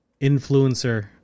influencer